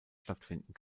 stattfinden